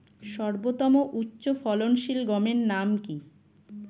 সর্বতম উচ্চ ফলনশীল গমের নাম কি?